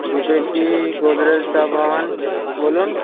দু কেজি গোদরেজ সাবান বলুন